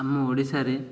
ଆମ ଓଡ଼ିଶାରେ